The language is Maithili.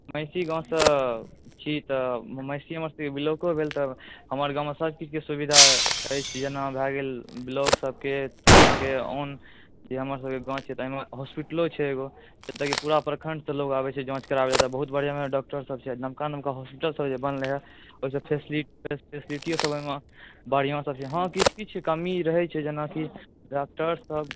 महिषी गाँवसँ छी तऽ महिषी हमर सबके ब्लाको भेल तऽ हमर गाममे सब चीजके सुविधा अछि जेना भए गेल ब्लाक सबके थानाके ओन जे हमर सबके गाँव छै होस्पिटलो छै एगो जतऽ की पूरा प्रखण्ड से लोग आबैत छै जाँच कराबे तऽ एतऽ बहुत बढ़िआँ बढ़िआँ डॉक्टर सब छै नवका नवका होस्पिटल सब जे बनलै हँ ओहिके फैसिलिटी सब ओहिमे बढ़िआँ सब छै हँ किछु किछु कमी रहैत छै जेनाकि डॉक्टर सब